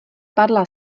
padla